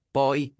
poi